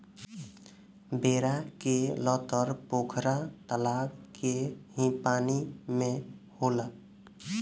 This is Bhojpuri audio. बेरा के लतर पोखरा तलाब के ही पानी में होला